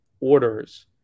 Orders